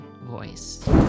voice